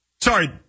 Sorry